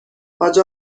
حاج